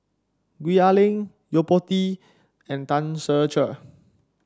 Gwee Ah Leng Yo Po Tee and Tan Ser Cher